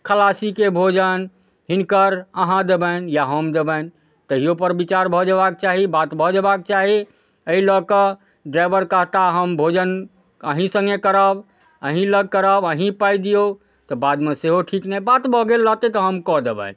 खलासीके भोजन हिनकर अहाँ देबनि या हम देबनि तहिओपर विचार भऽ जेबाक चाही बात भऽ जेबाक चाही एहि लऽ कऽ ड्राइवर कहताह हम भोजन अहीँ सङ्गे करब अहीँ लग करब अहीँ पाइ दिऔ तऽ बादमे सेहो ठीक नहि बात भऽ गेल रहतै तऽ हम कऽ देबनि